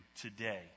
today